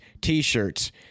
t-shirts